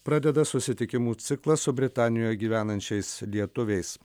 pradeda susitikimų ciklą su britanijoj gyvenančiais lietuviais